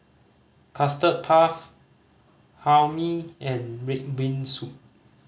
Custard Puff Hae Mee and red bean soup